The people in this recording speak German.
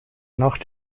nach